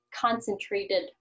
concentrated